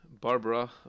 Barbara